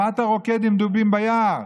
מה אתה רוקד עם דובים ביער?